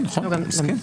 נכון, אני מסכים.